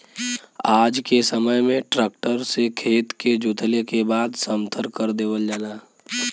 आज के समय में ट्रक्टर से खेत के जोतले के बाद समथर कर देवल जाला